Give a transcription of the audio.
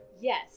yes